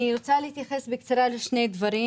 אני רוצה להתייחס בקצרה לשני דברים.